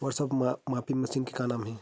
वर्षा मापी मशीन के का नाम हे?